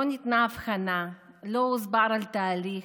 לא ניתנה אבחנה, לא הוסבר התהליך,